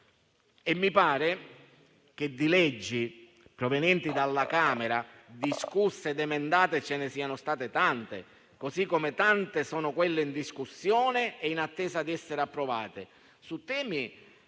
Mi pare che di leggi provenienti dalla Camera dei deputati discusse ed emendate ce ne siano state tante, così come tante sono quelle in discussione e in attesa di essere approvate, su temi